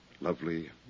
Lovely